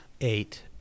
eight